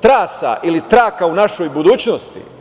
trasa ili traka u našoj budućnosti.